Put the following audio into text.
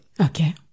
Okay